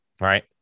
right